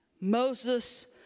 Moses